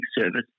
Service